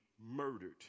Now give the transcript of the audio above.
murdered